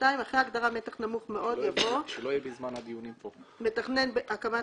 "(2)אחרי ההגדרה "מתח נמוך מאוד" יבוא: "מתכנן הקמת